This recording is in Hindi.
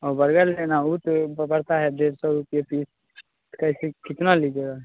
वो बर्गर लेना है वो तो प पड़ता है डेढ़ सौ रुपए पीस कैसे कितना लीजिएगा